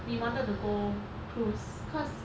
we wanted to go cruise cause